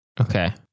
okay